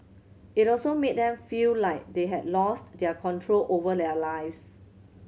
it also made them feel like they had lost their control over their lives